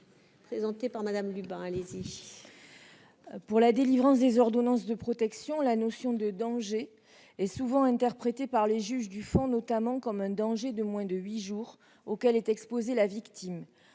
est à Mme Monique Lubin. Pour la délivrance des ordonnances de protection, la notion de « danger » est souvent interprétée par les juges du fond comme un danger de moins de huit jours auquel est exposée la victime.